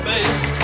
face